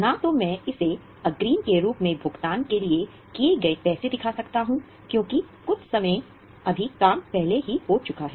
न तो मैं अग्रिम के रूप में भुगतान किए गए पैसे दिखा सकता हूं क्योंकि कुछ काम पहले ही हो चुका है